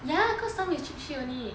ya cause some is cheat sheet only